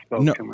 no